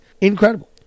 incredible